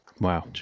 Wow